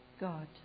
God